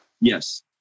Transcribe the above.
Yes